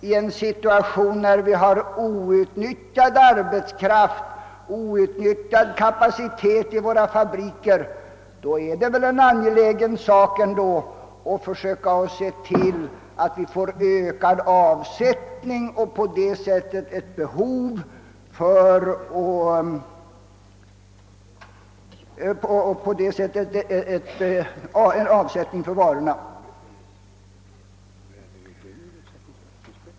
I en situation när vi har outnyttjad arbetskraft och outnyttjad kapacitet i våra fabriker är det väl ändå angeläget att försöka se till att vi får produktion och därmed en stegrad efterfrågan som ger ökad avsättning för varorna.